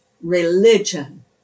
religion